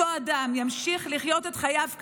אותו אדם ימשיך לחיות את חייו כרגיל.